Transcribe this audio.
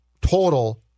total